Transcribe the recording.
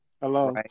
Hello